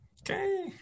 Okay